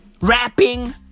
Rapping